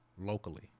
locally